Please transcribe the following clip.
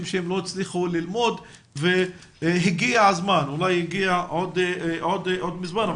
שהם לא הצליחו ללמוד והגיע הזמן - הוא הגיע מזמן אבל